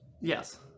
Yes